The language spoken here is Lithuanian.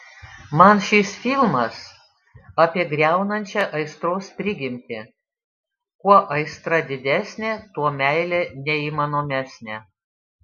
man šis filmas apie griaunančią aistros prigimtį kuo aistra didesnė tuo meilė neįmanomesnė